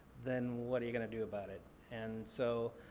then what are you gonna do about it? and so,